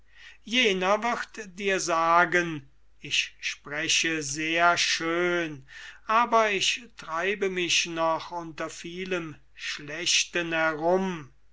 jener wird dir sagen ich spreche sehr schön aber ich treibe mich noch unter vielem schlechten herum